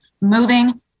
moving